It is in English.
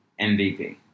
MVP